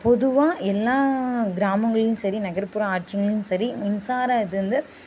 பொதுவாக எல்லா கிராமங்கள்லேயும் சரி நகர்ப்புற ஆட்சிகள்லேயும் சரி மின்சார இது வந்து